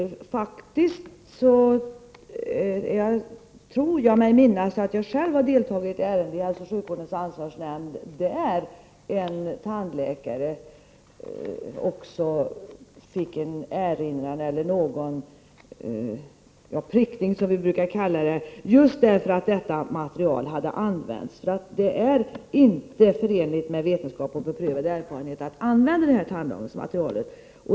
Jag tror mig minnas att jag själv deltagit i behandlingen av ett ärende i hälsooch sjukvårdens ansvarsnämnd där en tandläkare fick erinran eller prickning, som vi brukar kalla det, just därför att detta material hade använts. Det är inte förenligt med vetenskap och beprövad erfarenhet att använda det tandlagningsmaterialet.